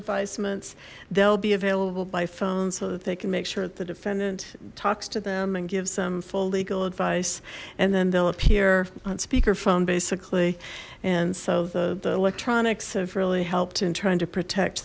advisements they'll be available by phone so that they can make sure that the defendant talks to them and gives them full legal advice and then they'll appear on speakerphone basically and so the electronics have really helped in trying to protect